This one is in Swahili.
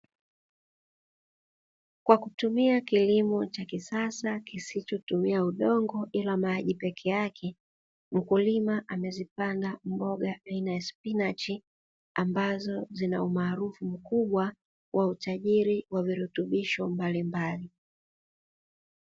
Kwa kutumia kilimo cha kisasa kisicho tumia udongo ila maji peke ake, mkulima amezipanda mboga aina ya spinachi ambazo zina umaarufu mkubwa wa utajiri wa virutubisho mbalimbali.